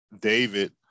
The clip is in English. david